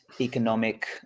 economic